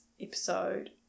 episode